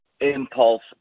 impulse